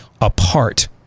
apart